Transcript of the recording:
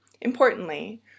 Importantly